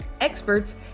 experts